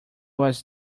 was